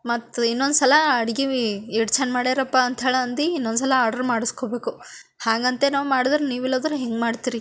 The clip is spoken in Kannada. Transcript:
ಮತ್ತು ಇನ್ನೊಂದ್ಸಲ ಅಡ್ಗೆ ವಿ ಎಷ್ಟು ಚೆಂದ ಮಾಡ್ಯಾರಪ್ಪ ಅಂಥೇಳಿ ಅಂದು ಇನ್ನೊಂದ್ಸಲ ಆಡ್ರು ಮಾಡಿಸ್ಕೊಬೇಕು ಹಾಗಂತೆ ನಾವು ಮಾಡಿದ್ರೆ ನೀವು ಇಲ್ಲಂದ್ರೆ ಹಿಂಗೆ ಮಾಡ್ತೀರಿ